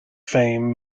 fame